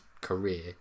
career